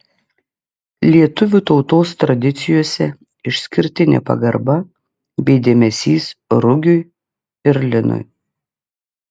lietuvių tautos tradicijose išskirtinė pagarba bei dėmesys rugiui ir linui